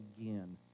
again